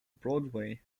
broadway